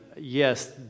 yes